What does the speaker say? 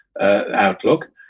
outlook